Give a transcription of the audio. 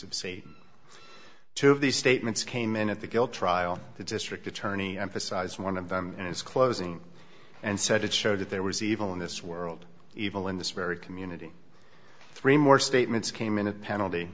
of say two of these statements came in at the guilt trial the district attorney emphasized one of them in his closing and said it showed that there was evil in this world evil in this very community three more statements came in a penalty